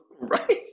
right